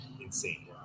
insane